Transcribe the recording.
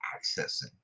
accessing